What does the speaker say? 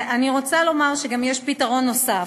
אני רוצה לומר שיש גם פתרון נוסף,